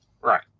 Right